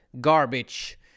garbage